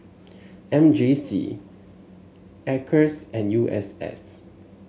M J C Acres and U S S